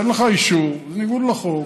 אין לך אישור, זה בניגוד לחוק,